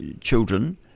children